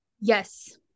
Yes